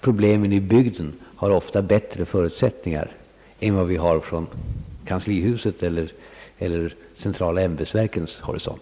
problemen i bygden har ofta bättre förutsättningar än vad vi har från kanslihusets eller de centrala ämbetsverkens horisont.